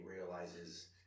realizes